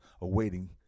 awaiting